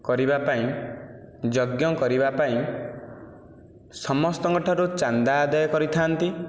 କରିବାପାଇଁ ଯଜ୍ଞ କରିବାପାଇଁ ସମସ୍ତଙ୍କଠାରୁ ଚାନ୍ଦା ଆଦାୟ କରିଥାନ୍ତି